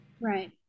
Right